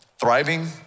Thriving